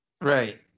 Right